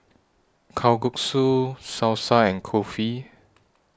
Kalguksu Salsa and Kulfi